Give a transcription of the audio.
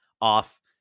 off